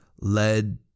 led